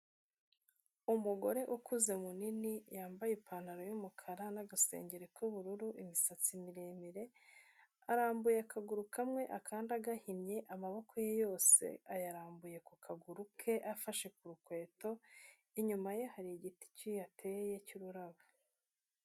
Umugore ukuze munini yambaye ipantaro y'umukara n'agasengeri k'ubururu, imisatsi miremire, arambuye akaguru kamwe akanda agahinnye, amaboko ye yose ayarambuye ku kaguru ke afashe kukweto, inyuma ye hari igiti kihateye cy'ururabo.